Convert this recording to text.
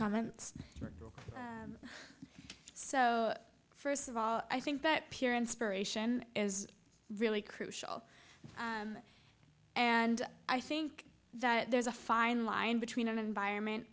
comments so first of all i think that peer inspiration is really crucial and i think that there's a fine line between an environment